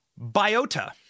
biota